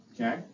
Okay